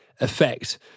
effect